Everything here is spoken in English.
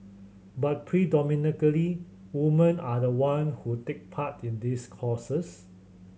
but predominantly woman are the one who take part in these courses